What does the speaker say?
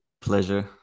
pleasure